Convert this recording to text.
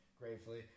Gratefully